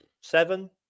seven